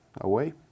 away